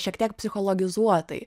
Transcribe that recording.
šiek tiek psichologizuotai